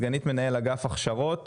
סגנית מנהל אגף הכשרות.